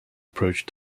approach